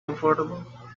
comfortable